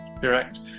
correct